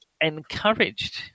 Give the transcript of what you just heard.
encouraged